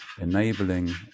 enabling